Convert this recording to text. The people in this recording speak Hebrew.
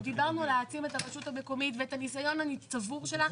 דיברנו על להעצים את הרשות המקומית ואת הניסיון הצבור שלה.